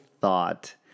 thought